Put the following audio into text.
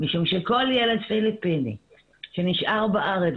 משום שכל ילד פיליפיני שנשאר בארץ